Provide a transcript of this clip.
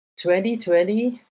2020